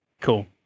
Cool